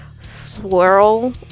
swirl